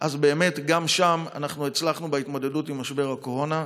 שם גם הצלחנו בהתמודדות עם משבר הקורונה.